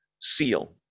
seal